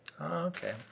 Okay